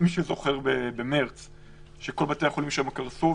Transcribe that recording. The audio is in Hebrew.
מי שזוכר במרס שכל בתי החולים שם קרסו.